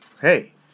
Hey